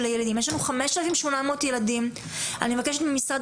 יש לנו 5,800 ילדים ואני מבקשת ממשרד